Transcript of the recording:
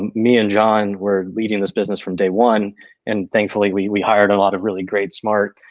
me and john were leading this business from day one and thankfully we we hired a lot of really great, smart,